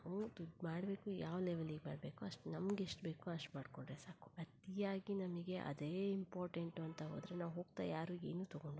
ನಾವು ದುಡ್ಡು ಮಾಡಬೇಕು ಯಾವ ಲೆವೆಲಿಗೆ ಮಾಡಬೇಕು ಅಷ್ಟು ನಮ್ಗೆ ಎಷ್ಟು ಬೇಕೋ ಅಷ್ಟು ಮಾಡಿಕೊಂಡ್ರೆ ಸಾಕು ಅತಿಯಾಗಿ ನಮಗೆ ಅದೇ ಇಂಪಾರ್ಟೆಂಟು ಅಂತ ಹೋದರೆ ನಾವು ಹೋಗ್ತಾ ಯಾರೂ ಏನೂ ತಗೊಂಡು ಹೋಗಲ್ಲ